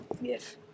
Yes